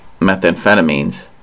methamphetamines